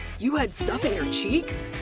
you had stuff in your cheeks!